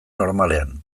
normalean